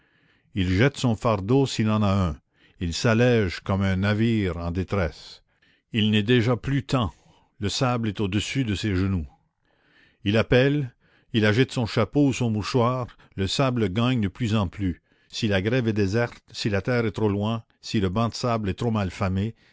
il jette son fardeau s'il en a un il s'allège comme un navire en détresse il n'est déjà plus temps le sable est au-dessus de ses genoux il appelle il agite son chapeau ou son mouchoir le sable le gagne de plus en plus si la grève est déserte si la terre est trop loin si le banc de sable est trop